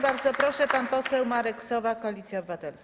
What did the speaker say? Bardzo proszę, pan poseł Marek Sowa, Koalicja Obywatelska.